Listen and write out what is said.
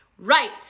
Right